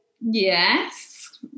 Yes